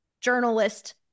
journalist